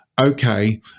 okay